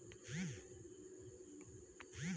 postal saving bank में एक single account खोलल जा सकला